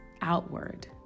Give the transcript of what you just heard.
outward